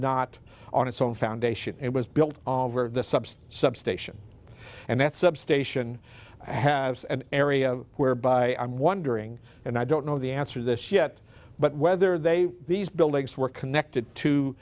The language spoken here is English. not on its own foundation it was built over the subs substation and that substation has an area where by i'm wondering and i don't know the answer to this yet but whether they these buildings were connected to